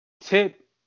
Tip